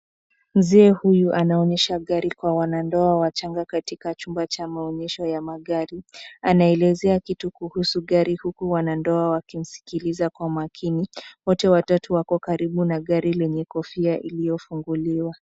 Mzee huyu anaonyesha gari kwa wanadoa wachanga katika chumba cha maonyesho ya magari. Anaelezea kitu kuhusu gari, huku wanadoa wakimsikiliza kwa makini. Wote watatu wako karibu na gari lenye kofia iliyofunguliwa.